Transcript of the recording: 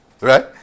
Right